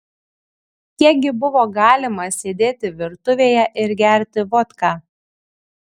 kiek gi buvo galima sėdėti virtuvėje ir gerti vodką